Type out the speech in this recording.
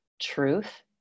truth